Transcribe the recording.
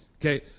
Okay